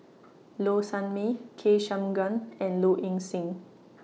Low Sanmay K Shanmugam and Low Ing Sing